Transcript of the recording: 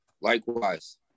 likewise